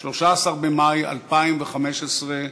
13 במאי 2015,